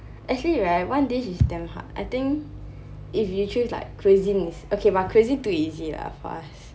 actually right one dish is damn hard I think if you choose like cuisine is okay but cuisine too easy lah for us